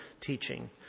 teaching